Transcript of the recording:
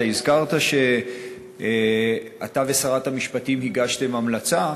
אתה הזכרת שאתה ושרת המשפטים הגשתם המלצה,